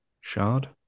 shard